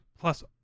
plus